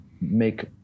make